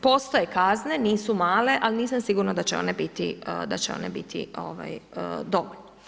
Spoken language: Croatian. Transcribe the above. Postoje kazne, nisu male, ali nisam sigurna da će one biti dovoljne.